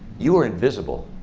you are invisible.